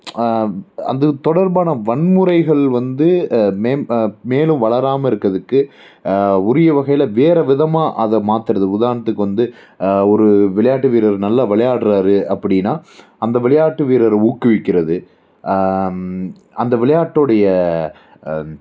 அது தொடர்பான வன்முறைகள் வந்து மேம் மேலும் வளராமல் இருக்கிறதுக்கு உரிய வகையில் வேற விதமாக அதை மாத்துறது உதாரணத்துக்கு வந்து ஒரு விளையாட்டு வீரர் நல்லா விளையாடுறாரு அப்படின்னா அந்த விளையாட்டு வீரரை ஊக்குவிக்கிறது அந்த விளையாட்டுடைய அந்